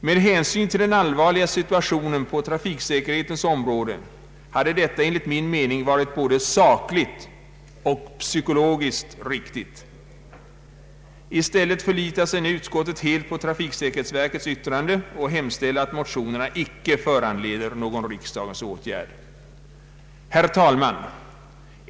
Med hänsyn till den allvarliga situationen på trafiksäkerhetens område hade detta enligt min mening varit både sakligt och Psykologiskt riktigt. I stället förlitar sig nu utskottet helt på trafiksäkerhetsverkets yttrande och hemställer att motionerna icke föranleder någon riksdagens åtgärd. Herr talman!